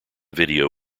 video